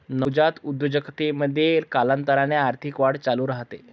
नवजात उद्योजकतेमध्ये, कालांतराने आर्थिक वाढ चालू राहते